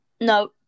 No